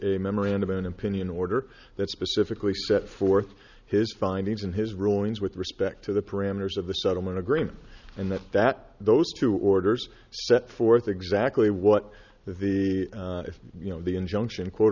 a memorandum an opinion order that specifically set forth his findings in his rulings with respect to the parameters of the settlement agreement and that that those two orders set forth exactly what the v if you know the injunction quote